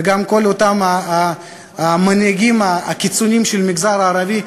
וגם כל אותם המנהיגים הקיצונים של המגזר הערבי,